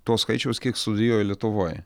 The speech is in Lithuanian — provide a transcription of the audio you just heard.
to skaičiaus kiek studijuoja lietuvoj